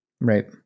Right